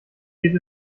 geht